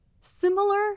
similar